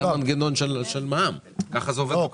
זה המנגנון של מע"מ, ככה זה עובד בכל העולם.